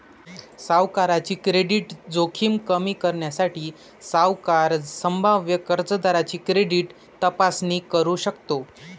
सावकाराची क्रेडिट जोखीम कमी करण्यासाठी, सावकार संभाव्य कर्जदाराची क्रेडिट तपासणी करू शकतो